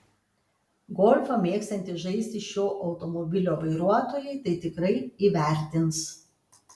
golfą mėgstantys žaisti šio automobilio vairuotojai tai tikrai įvertins